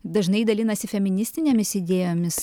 dažnai dalinasi feministinėmis idėjomis